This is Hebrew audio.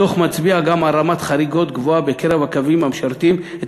הדוח מצביע על רמת חריגות גבוהה בקרב הקווים המשרתים את